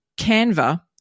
Canva